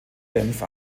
genf